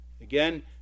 Again